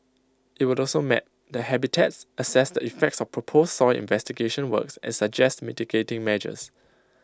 IT will also map the habitats assess the effects of proposed soil investigation works and suggest mitigating measures